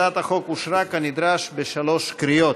הצעת החוק אושרה כנדרש בשלוש קריאות.